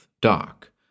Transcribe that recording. dark